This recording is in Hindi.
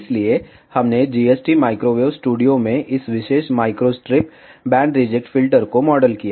इसलिए हमने CST माइक्रोवेव स्टूडियो में इस विशेष माइक्रोस्ट्रिप बैंड रिजेक्ट फिल्टर को मॉडल किया